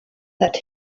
that